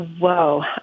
Whoa